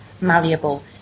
malleable